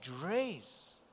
grace